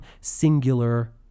singular